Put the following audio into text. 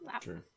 True